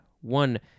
One